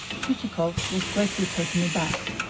chichikov was greatly taken aback.